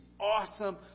awesome